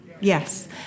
Yes